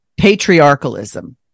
patriarchalism